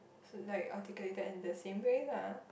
like articulated in the same way lah